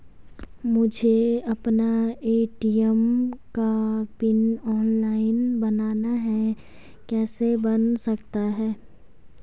मुझे अपना ए.टी.एम का पिन ऑनलाइन बनाना है कैसे बन सकता है?